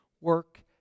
work